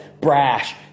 brash